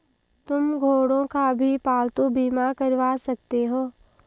तुम घोड़ों का भी पालतू बीमा करवा सकते हो